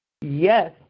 Yes